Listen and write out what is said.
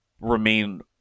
remain